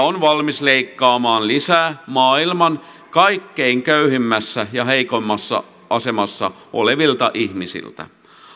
on valmis leikkaamaan lisää maailman kaikkein köyhimmässä ja heikoimmassa asemassa olevilta ihmisiltä